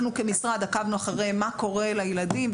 עקבנו אחרי מה שקורה לילדים,